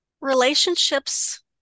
Relationships